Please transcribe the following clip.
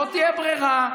לא תהיה ברירה.